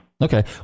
okay